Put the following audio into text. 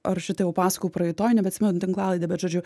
ar šitą jau pasakojau praeitoj nebeatsimenu tinklalaidėj bet žodžiu